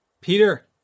Peter